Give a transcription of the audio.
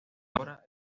ahora